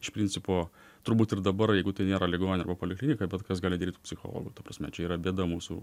iš principo turbūt ir dabar jeigu tai nėra ligoninė arba poliklinika bet kas gali dirbt psichologu ta prasme čia yra bėda mūsų